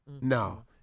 No